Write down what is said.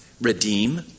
redeem